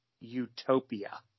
utopia